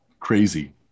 crazy